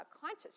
conscious